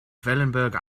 wellenberg